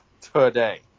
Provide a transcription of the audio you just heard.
today